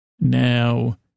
Now